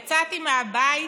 יצאתי מהבית